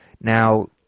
Now